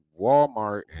walmart